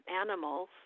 animals